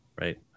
Right